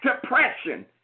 depression